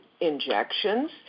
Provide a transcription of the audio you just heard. injections